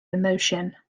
emotion